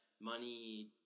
money